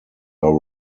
are